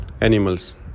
animals